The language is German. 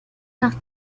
nach